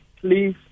Please